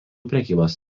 prekybos